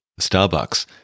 Starbucks